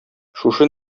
шушы